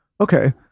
Okay